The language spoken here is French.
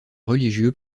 religieux